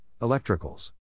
electricals